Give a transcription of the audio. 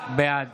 בעד